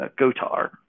Gotar